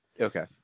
Okay